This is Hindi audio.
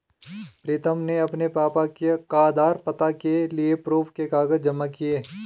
प्रीतम ने अपने पापा का आधार, पता के लिए प्रूफ के कागज जमा किए